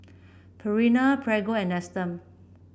Purina Prego and Nestum